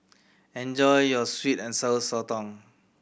enjoy your sweet and Sour Sotong